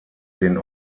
den